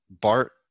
Bart